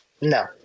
no